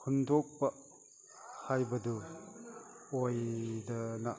ꯈꯨꯟꯗꯣꯛꯄ ꯍꯥꯏꯕꯗꯨ ꯑꯣꯏꯗꯅ